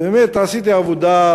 ובאמת עשיתי עבודה,